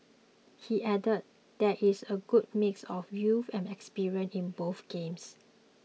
he added there is a good mix of youth and experience in both games